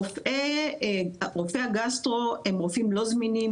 רופאי הגסטרו אינם זמינים,